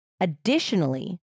Additionally